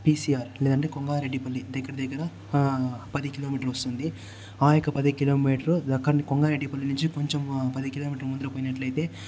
PCR లేదంటే Kongareddipalli దగ్గర దగ్గర పది కిలోమీటర్లు వస్తుంది ఆ యొక్క పది కిలోమీటర్లు కొంగారెడ్డి పల్లి నుంచి కొంచెం పది కిలోమీటర్లు ముందుకు పోయినట్లయితే